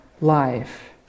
life